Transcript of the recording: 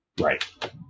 Right